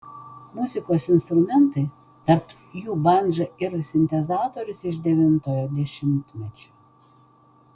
muzikos instrumentai tarp jų bandža ir sintezatorius iš devintojo dešimtmečio